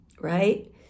right